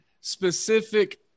specific